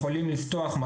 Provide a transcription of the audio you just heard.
יכולים לפתוח,